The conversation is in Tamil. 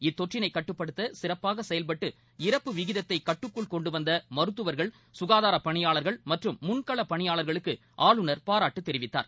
இத்தொற்றினை கட்டுப்படுத்த சிறப்பாக செயல்பட்டு இறப்பு விகிதத்தை கட்டுக்குள் கொண்டு வந்த மருத்துவர்கள் சுகாதார பணியாளர்கள் மற்றும் முன்களப் பணியாளர்களுக்கு ஆளுநர் பாராட்டு தெரிவித்தார்